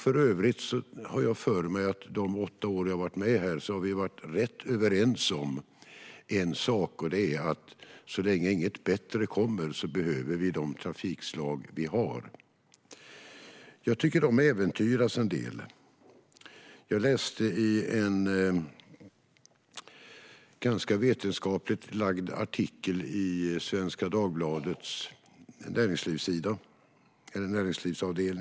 För övrigt har jag för mig att vi under de åtta år jag har suttit i riksdagen har varit rätt överens om en sak: Så länge inget bättre kommer behöver vi de trafikslag som vi har. Jag tycker att de äventyras en del. Jag läste en ganska vetenskapligt lagd artikel i Svenska Dagbladets näringslivsdel.